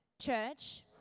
church